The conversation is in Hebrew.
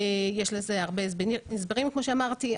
יש לזה הרבה הסברים, כמו שאמרתי.